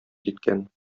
киткән